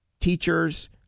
teachers